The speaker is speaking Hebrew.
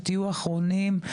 שתהיו אחרונים,